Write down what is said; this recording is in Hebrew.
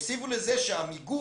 תוסיפו לזה שהמיגון